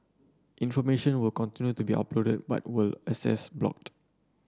information will continue to be uploaded but with access blocked